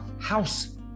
house